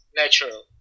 natural